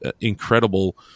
incredible